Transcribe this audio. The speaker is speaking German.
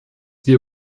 wir